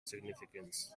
significance